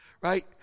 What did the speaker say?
right